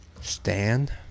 Stand